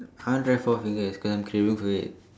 I want try four fingers cause I'm craving for it